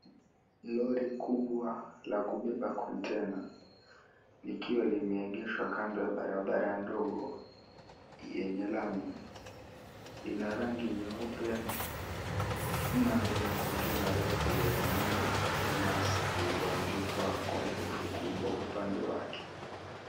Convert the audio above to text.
Lori kubwa la kubeba kontena likiwa limeegeshwa kando ya barabara ndogo yenye lami lina rangi nyeupe na lina kontena refu lenye neno, "Mearsk," lililoandikwa kwa herufi kubwa upande wake.